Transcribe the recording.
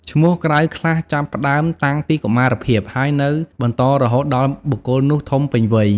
ឈ្មោះក្រៅខ្លះចាប់ផ្តើមតាំងពីកុមារភាព ហើយនៅបន្តរហូតដល់បុគ្គលនោះធំពេញវ័យ។